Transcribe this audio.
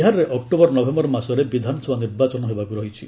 ବିହାରରେ October November ମାସରେ ବିଧାନସଭା ନିର୍ବାଚନ ହେବାକୁ ରହିଛି